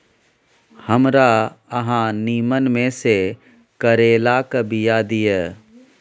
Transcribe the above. हमरा अहाँ नीमन में से करैलाक बीया दिय?